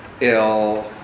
ill